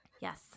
Yes